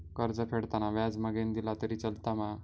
कर्ज फेडताना व्याज मगेन दिला तरी चलात मा?